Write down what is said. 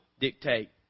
dictate